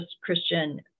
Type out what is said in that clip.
Christian